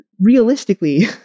realistically